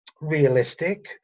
realistic